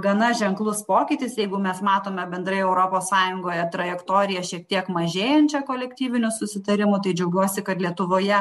gana ženklus pokytis jeigu mes matome bendrai europos sąjungoje trajektoriją šiek tiek mažėjančią kolektyvinių susitarimų tai džiaugiuosi kad lietuvoje